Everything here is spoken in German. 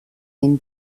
den